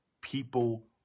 People